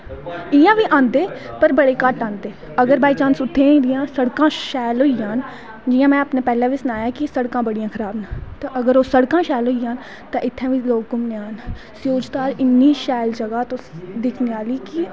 इयां बी आंदे पर बड़े घट्ट आंदे अगर बाईचांस उत्तें एरियै सड़कां सैल होई जान जियां अपनैं में पैह्लैं बी सनाया कि सड़कां बड़ियां खराब न अगर ओह् सड़कां ठीक होई जान तां इत्थें बी लोग घूमनें गी आन स्योज धार इन्नी सैल जगा ऐ तुस दिक्खनें आह्ली कि